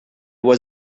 was